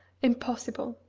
impossible!